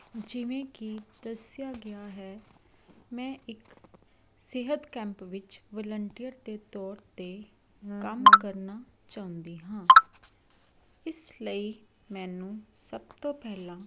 ਜਿਵੇਂ ਕਿ ਦੱਸਿਆ ਗਿਆ ਹੈ ਮੈਂ ਇੱਕ ਸਿਹਤ ਕੈਂਪ ਵਿੱਚ ਵਲੰਟੀਅਰ ਦੇ ਤੌਰ 'ਤੇ ਕੰਮ ਕਰਨਾ ਚਾਹੁੰਦੀ ਹਾਂ ਇਸ ਲਈ ਮੈਨੂੰ ਸਭ ਤੋਂ ਪਹਿਲਾਂ